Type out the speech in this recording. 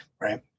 right